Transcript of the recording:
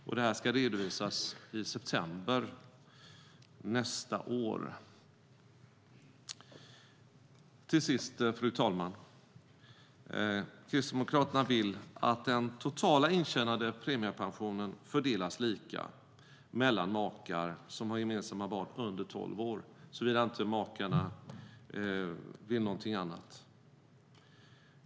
Uppdraget ska redovisas i september nästa år. Avslutningsvis, fru talman: Kristdemokraterna vill att den totala intjänade premiepensionen fördelas lika mellan makar som har gemensamma barn under tolv år, såvida inte makarna vill någonting annat.